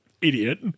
idiot